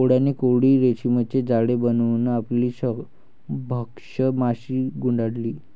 कोळ्याने कोळी रेशीमचे जाळे बनवून आपली भक्ष्य माशी गुंडाळली